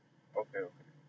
okay okay